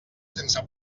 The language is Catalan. sense